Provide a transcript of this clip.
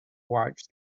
watched